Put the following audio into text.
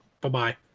bye-bye